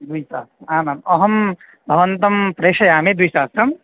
द्विसहस्रम् आम् आम् अहं भवते प्रेषयामि द्विसहस्रम्